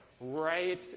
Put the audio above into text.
Right